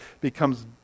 becomes